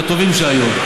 מהטובים שהיו,